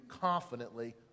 confidently